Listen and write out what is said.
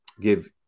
give